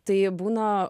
tai būna